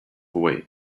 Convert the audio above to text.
away